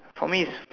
for me is